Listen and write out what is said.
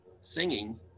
singing